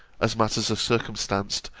as matters are circumstanced,